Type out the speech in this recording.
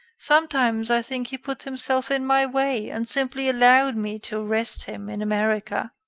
sometimes i think he put himself in my way and simply allowed me to arrest him in america.